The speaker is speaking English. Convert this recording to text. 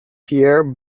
pierre